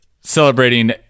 celebrating